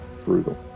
Brutal